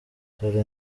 dore